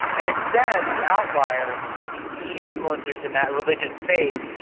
and instead the outliers, the key influencers in that religious space,